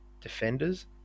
defenders